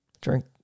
Drink